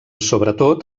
sobretot